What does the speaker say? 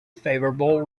favorable